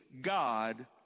God